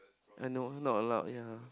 I know not allowed ya